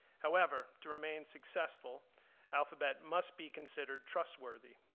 however, to remain successful alphabet must be considered trustworthy.